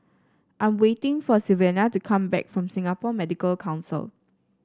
I'm waiting for Sylvania to come back from Singapore Medical Council